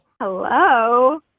Hello